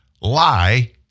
lie